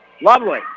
Lovely